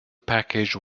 package